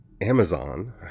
Amazon